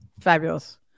fabulous